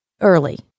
early